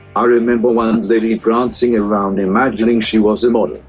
i remember one lady prancing around imagining she was a model.